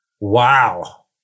Wow